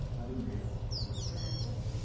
i didn't realize when i said. so